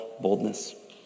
boldness